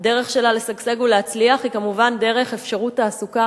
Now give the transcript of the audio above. הדרך שלה לשגשג ולהצליח היא כמובן דרך אפשרות תעסוקה